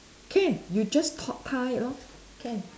can you just to~ tie it lor can